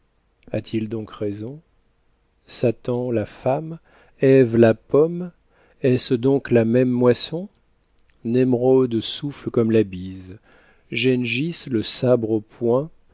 a-t-il donc raison satan la femme ève la pomme est-ce donc la même moisson nemrod souffle comme la bise gengis le sabre au poing